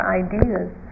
ideas